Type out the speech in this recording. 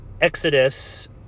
Exodus